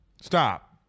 Stop